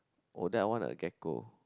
oh that one uh gecko